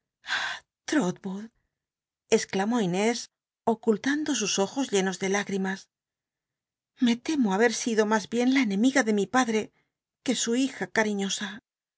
amó inés ocullando sus ojos llenos de hígrimas me temo habct sido mas bien la enemiga de mi padre que su bija c